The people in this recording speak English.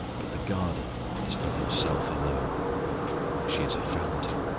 but the garden is for himself alone she is a fountain,